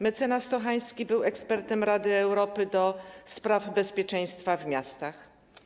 Mecenas Sochański był ekspertem Rady Europy do spraw bezpieczeństwa w miastach.